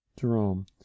jerome